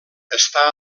està